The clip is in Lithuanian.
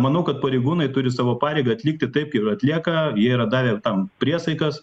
manau kad pareigūnai turi savo pareigą atlikti taip ir atlieka jie yra davę tam priesaikas